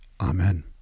Amen